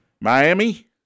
Miami